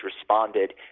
responded